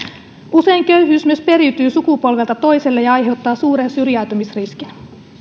usein köyhyys myös periytyy sukupolvelta toiselle ja aiheuttaa suuren syrjäytymisriskin